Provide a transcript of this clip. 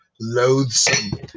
loathsome